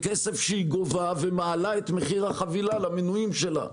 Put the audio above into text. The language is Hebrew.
מכסף שהיא גובה ומעלה את מחיר החבילה למנויים שלה.